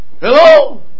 Hello